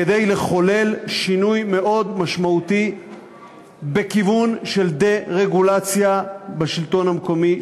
כדי לחולל שינוי מאוד משמעותי בכיוון של דה-רגולציה בשלטון המקומי,